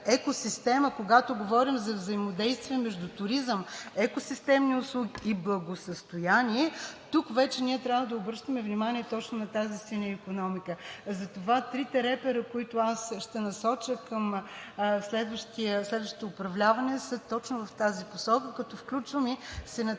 когато говорим за взаимодействие между туризъм, екосистемни услуги и благосъстояние, тук вече трябва да обръщаме внимание точно на тази синя икономика. Затова трите репера, които аз ще насоча към следващите управлявания, са точно в тази посока, като включвам и синята